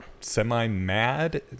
semi-mad